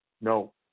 No